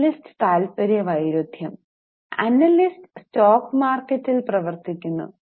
ഇപ്പോൾ അനലിസ്റ്റ് താൽപ്പര്യ വൈരുദ്ധ്യം അനലിസ്റ്റ് സ്റ്റോക്ക് മാർക്കറ്റിൽ പ്രവർത്തിക്കുന്നു